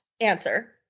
answer